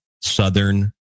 southern